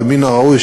ומן הראוי,